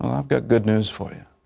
i've got good news for you.